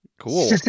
cool